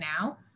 now